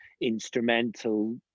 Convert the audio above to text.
instrumental